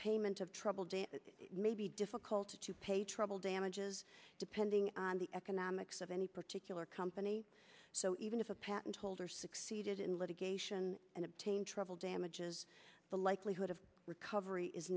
payment of trouble day it may be difficult to pay trouble damages depending on the economics of any particular company so even if a patent holder succeeded in litigation and obtained trouble damages the likelihood of recovery is